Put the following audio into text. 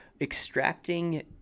extracting